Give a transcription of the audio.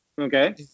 Okay